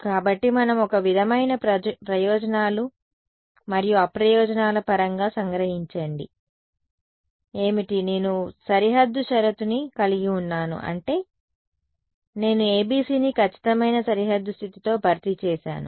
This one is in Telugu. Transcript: కాబట్టి మనం ఒక విధమైన ప్రయోజనాలు మరియు అప్రయోజనాల పరంగా సంగ్రహించండి ఏమిటి నేను సరిహద్దు షరతు ని కలిగి ఉన్నాను అంటే నేను ABCని ఖచ్చితమైన సరిహద్దు స్థితితో భర్తీ చేసాను